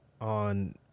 on